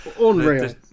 Unreal